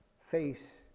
face